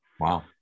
Wow